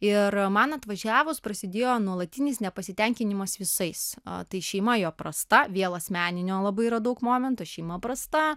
ir man atvažiavus prasidėjo nuolatinis nepasitenkinimas visais tai šeima jo prasta vėl asmeninių labai yra daug momentų šeima prasta